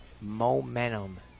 momentum